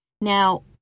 now